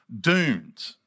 doomed